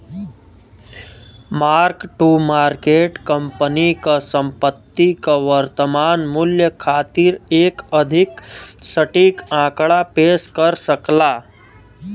mark to market company क संपत्ति क वर्तमान मूल्य खातिर एक अधिक सटीक आंकड़ा पेश कर सकला